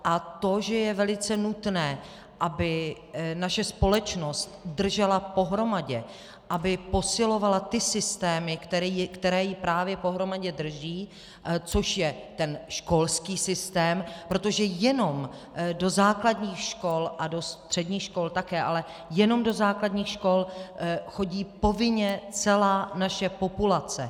A to, že je velice nutné, aby naše společnost držela pohromadě, aby posilovala ty systémy, které ji právě pohromadě drží, což je ten školský systém, protože jenom do základních škol a do středních škol také, ale jenom do základních škol chodí povinně celá naše populace.